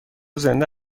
زنده